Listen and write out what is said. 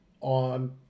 on